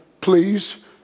please